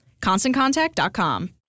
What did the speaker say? ConstantContact.com